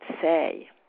say